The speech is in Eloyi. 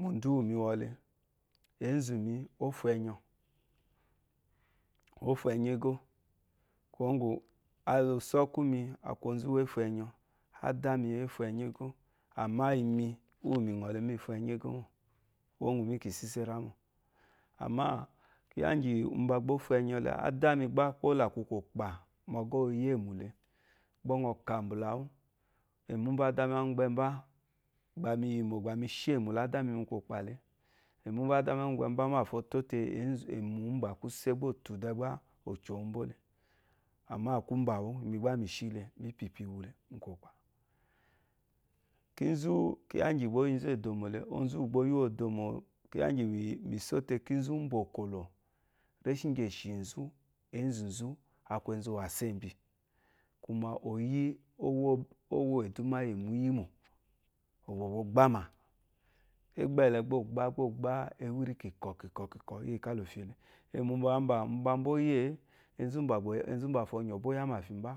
Mu úwù mi wɔ le, ěnzù mi, ó fu ɛnyɔ, ó fu ɛnyɔ égó. Kwuwó ŋgwù usɔ́kwú mi, a kwu onzu úwù é fu é fu ɛnyɔ, ádá mi, é fu ɛnyɔ égó, àmá imi, úwù mì ŋɔ̀ le, míi fu ɛnyɔ égó mô, kwuwó ŋgwù mí kì síso íyì rá mô. Kyiya íŋgyì, umba gbà ó fu ɛnyɔ le, ádá mi gbá, kó là a kwu kwɔ̀kpà, mu ɔgɔ́ wù o yí èmwù le, gbá ŋɔ kâ mbula wú, èmwù úmbà ádá mi a mgbɛ mbá, gbà mi yìmò, gbà mi shéyè mbula ádá mi, mu kwɔ̀kpà le, èmwù úmbà ádá mi á gbɛ mbá, mbâfo o tó te èmwù, úmbá kwúsé gbá o tù dɛɛ gbá ò kyò wu mbó le, àmá a kwu úmbàwu, imi gbá mì shí le. Kínzú, kyiya íŋgyì gbà o yí nzú e dòmò le, onzu úwù gba o yí wu ó dòmò, kyiya íŋgyì mì só te, kínzú mbà òkòlò, réahí íŋgyì èshì nzú, ěnzù nzú, a kwu enzu wàsèmbyi. Kwuma ǒ wo èdúmá yì èmwù íyímò, ò gbà ò gbà o gbámà. Egbá ɛlɛ, gbá o gbá o gbá ewírí kìkɔ̀ kìkɔ̀ kìkɔ̀, íyì ká la ò fyè le. Èmù mbàa mbà, umba mbó yí ě, enzumbàfo ɔ nyɔ̀ o bóo yá màfyì mbá.